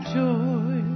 joy